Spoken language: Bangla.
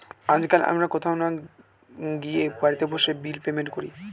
আজকাল আমরা কোথাও না গিয়ে বাড়িতে বসে বিল পেমেন্ট করি